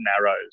narrows